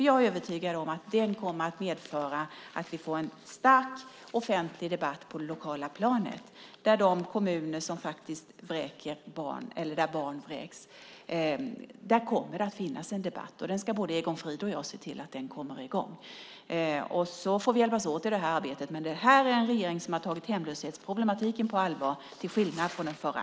Jag är övertygad om att den kommer att medföra att vi får en stark offentlig debatt på det lokala planet. I de kommuner där man faktiskt vräker barn kommer det att finnas en debatt, och både Egon Frid och jag ska se till att den kommer i gång. Och så får vi hjälpas åt i det här arbetet. Men det här är en regering som har tagit hemlöshetsproblematiken på allvar, till skillnad från den förra!